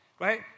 Right